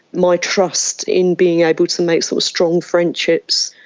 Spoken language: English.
my trust in being able to make so strong friendships.